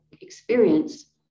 experience